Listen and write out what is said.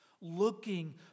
looking